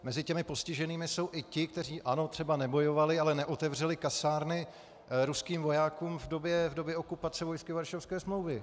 Mezi postiženými jsou i ti, kteří třeba nebojovali, ale neotevřeli kasárna ruským vojákům v době okupace vojsky Varšavské smlouvy.